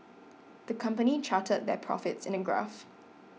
the company charted their profits in a graph